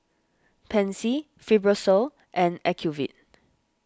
Pansy Fibrosol and Ocuvite